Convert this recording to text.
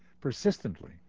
persistently